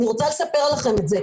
אני רוצה לספר לכם את זה,